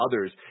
others